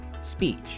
speech